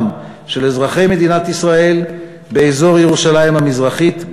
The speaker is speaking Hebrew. של אזרחי מדינת ישראל באזור ירושלים המזרחית,